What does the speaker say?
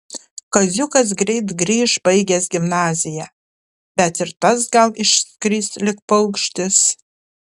kaziukas greit grįš baigęs gimnaziją bet ir tas gal išskris lyg paukštis